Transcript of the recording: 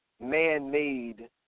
man-made